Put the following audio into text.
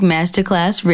Masterclass